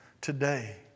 today